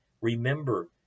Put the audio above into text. Remember